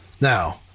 Now